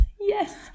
Yes